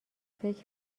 فکر